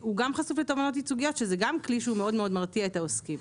הוא גם חשוף לתובענות ייצוגיות שזה גם כלי שהוא מאוד מרתיע את העוסקים.